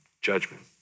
judgment